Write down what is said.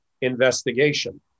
investigation